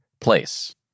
place